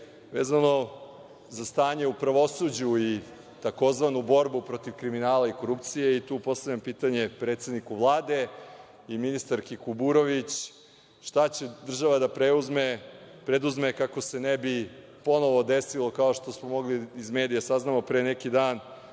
vezano za stanje u pravosuđu i tzv. borbu protiv kriminala i korupcije. Tu postavljam pitanje predsedniku Vlade i ministarki Kuburović, šta će država da preduzme kako se ne bi ponovo desilo, kao što smo mogli iz medija da saznamo pre neki dan,